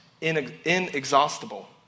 inexhaustible